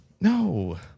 No